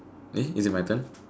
eh is it my turn